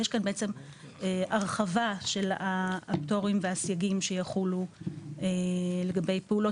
יש כאן בעצם הרחבה של הפטורים והסייגים שיחולו לגבי פעולות